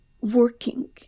working